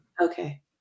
Okay